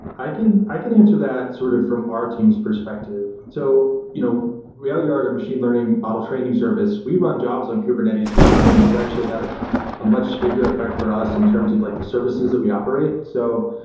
i can i can answer that sort of from our team's perspective. so, you know railyard, a machine learning model training service, we run jobs on kubernetes, but kubernetes is actually ah a much bigger effect for us in terms of like the services that we operate. so,